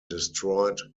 destroyed